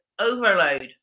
overload